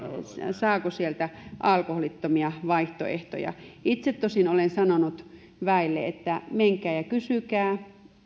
saako sieltä alkoholittomia vaihtoehtoja itse tosin olen sanonut väelle että menkää ja kysykää